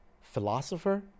philosopher